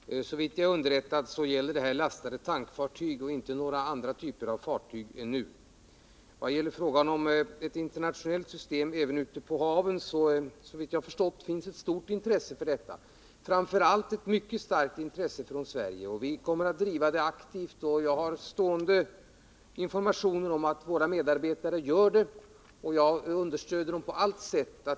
Herr talman! Såvitt jag är riktigt underrättad gäller det här kravet lastade tankfartyg och inte några andra typer av fartyg ännu. Beträffande frågan om ett internationellt system även ute på haven så finns enligt vad jag har förstått ett stort intresse för detta, framför allt ett mycket starkt intresse från Sveriges sida. Vi kommer att driva det kravet aktivt. Jag får fortlöpande informationer om att våra medarbetare gör det, och jag understöder dem på allt sätt.